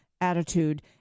attitude